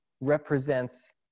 represents